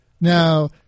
Now